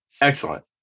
Excellent